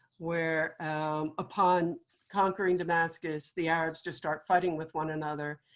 where upon conquering damascus, the arabs just start fighting with one another.